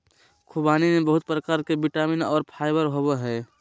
ख़ुबानी में बहुत प्रकार के विटामिन और फाइबर होबय हइ